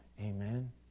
Amen